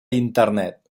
internet